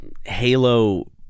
Halo